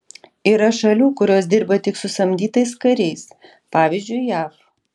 yra šalių kurios dirba tik su samdytais kariais pavyzdžiui jav